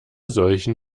solchen